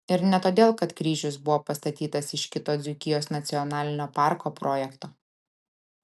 ir ne todėl kad kryžius buvo pastatytas iš kito dzūkijos nacionalinio parko projekto